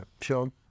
Sean